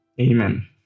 Amen